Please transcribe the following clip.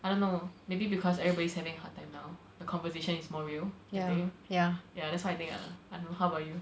I don't know maybe because everybody's having a hard time now the conversation is more real I think ya that's what I think ah I don't know how about you